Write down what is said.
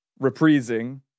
reprising